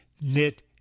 knit